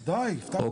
בוודאי, הבטחתי.